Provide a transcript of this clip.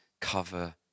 cover